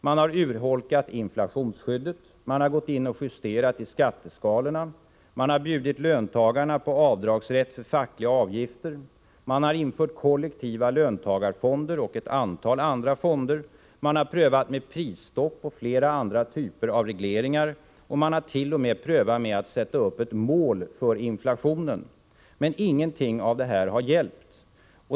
Man har urholkat inflationsskyddet, justerat i skatteskalorna, bjudit löntagarna på avdragsrätt för fackliga avgifter, infört kollektiva löntagarfonder och ett antal andra fonder, prövat med prisstopp och flera andra typer av regleringar, och man hart.o.m. prövat med att sätta upp ett mål för inflationen. Men ingenting av detta har hjälpt.